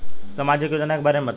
सामाजिक योजना के बारे में बताईं?